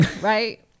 right